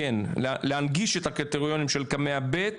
להנגיש את הקריטריונים של קמ"ע ב',